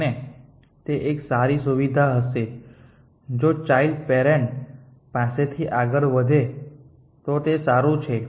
અને તે એક સારી સુવિધા હશે જો ચાઈલ્ડ પેરેન્ટ પાસેથી આગળ વધે તો તે સારું છે